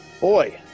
boy